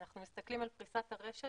אנחנו מסתכלים על פריסת הרשת